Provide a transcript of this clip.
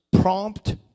prompt